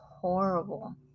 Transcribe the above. horrible